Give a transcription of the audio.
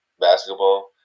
basketball